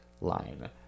line